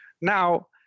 Now